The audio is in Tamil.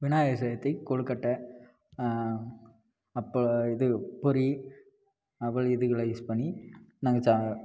விநாயகர் சதுர்த்திக்கு கொலுக்கட்டை அப்புறம் இது பொரி அவல் இதுகளெலாம் யூஸ் பண்ணி நாங்கள் சா